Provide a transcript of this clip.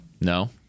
No